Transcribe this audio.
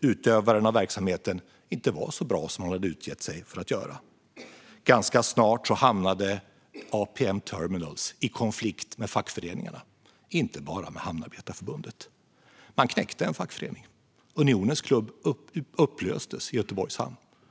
utövaren av verksamheten inte var så bra som man utgett sig för att vara. Ganska snart hamnade APM Terminals i konflikt med fackföreningarna, och inte bara med Hamnarbetarförbundet. Man knäckte en fackförening. Unionens klubb i Göteborgs hamn upplöstes.